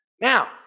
Now